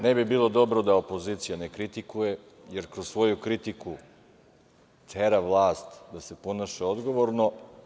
Ne bi bilo dobro da opozicije ne kritikuje, jer kroz svoju kritiku tera vlast da se ponaša odgovorno.